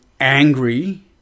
angry